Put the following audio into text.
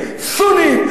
מה הקשר?